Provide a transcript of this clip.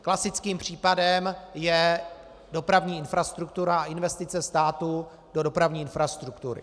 Klasickým případem je dopravní infrastruktura a investice státu do dopravní infrastruktury.